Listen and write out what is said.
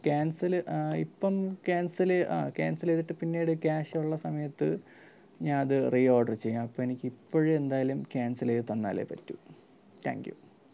cancel ഇപ്പം cancel ആ cancel ചെയ്തിട്ട് പിന്നീട് ക്യാഷുള്ള സമയത്ത് ഞാൻ അത് റീഓഡർ ചെയ്യാം അപ്പോൾ എനിക്ക് ഇപ്പോഴ് എന്തായാലും ക്യാൻസൽ ചെയ്തു തന്നാലെ പറ്റു താങ്ക് യൂ